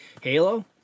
halo